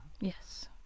Yes